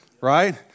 right